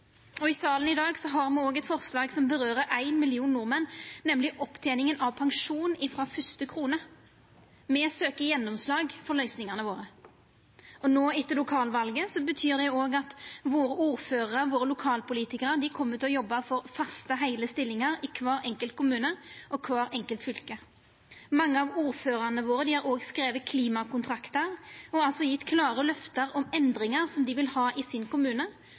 av. I salen i dag har me òg eit forslag som vedkjem ein million nordmenn, nemleg opptening av pensjon frå den første krona. Me søkjer gjennomslag for løysingane våre. No, etter lokalvalet, betyr det òg at ordførarane våre, lokalpolitikarane våre, kjem til å jobba for faste, heile stillingar i kvar enkelt kommune og kvart enkelt fylke. Mange av ordførarane våre har òg skrive klimakontraktar og gjeve klare løfte om endringar som dei vil ha i kommunen sin